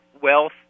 wealth